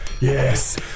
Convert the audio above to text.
yes